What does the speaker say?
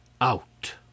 out